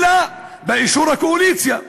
אלא באישור הקואליציה.